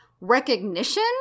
recognition